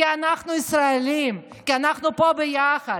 כי אנחנו ישראלים, כי אנחנו פה ביחד.